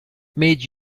made